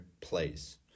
place